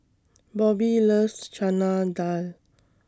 Bobbie loves Chana Dal